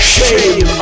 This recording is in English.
Shame